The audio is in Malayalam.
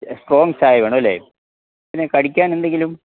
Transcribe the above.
സ്ട്രോങ് ചായ വേണമല്ലെ പിന്നെ കടിക്കാനെന്തെങ്കിലും